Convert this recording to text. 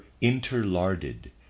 interlarded